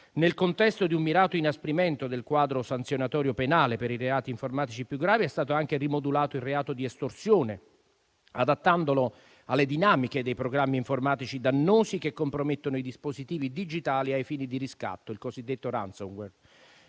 Nel contesto di un mirato inasprimento del quadro sanzionatorio penale per i reati informatici più gravi, è stato anche rimodulato il reato di estorsione adattandolo alle dinamiche dei programmi informatici dannosi che compromettono i dispositivi digitali a fini di riscatto (il cosiddetto *ransomware*).